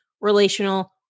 relational